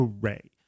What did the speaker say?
hooray